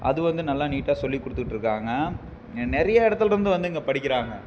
அது வந்து நல்லா நீட்டாக சொல்லிக் கொடுத்துட்ருக்காங்க நிறையா இடத்துல இருந்து வந்து இங்கே படிக்கிறாங்க